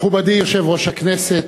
מכובדי יושב-ראש הכנסת,